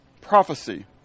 prophecy